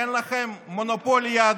תתביישו לכם.